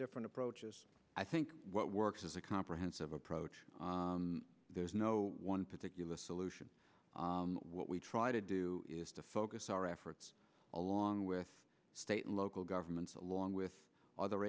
different approaches i think what works is a comprehensive approach there is no one particular solution what we try to do is to focus our efforts along with state and local governments along with other